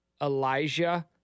Elijah